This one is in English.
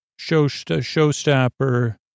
showstopper